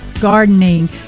Gardening